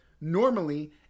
normally